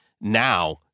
now